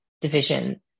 division